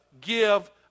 give